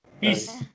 Peace